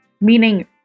Meaning